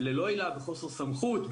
בחוסר סמכות,